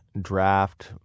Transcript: draft